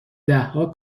دهها